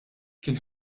kien